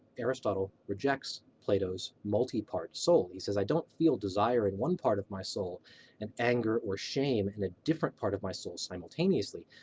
aristotle rejects plato's multi-part soul. he says i don't feel desire in one part of my soul and anger or shame in a different part of my soul simultaneously.